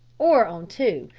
or on two,